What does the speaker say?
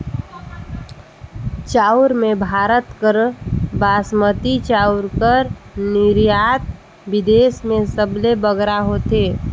चाँउर में भारत कर बासमती चाउर कर निरयात बिदेस में सबले बगरा होथे